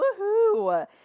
Woohoo